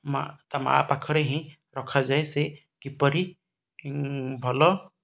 ମା' ତା ମା' ପାଖରେ ହିଁ ରଖାଯାଏ ସେ କିପରି ଭଲ